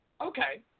Okay